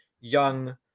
young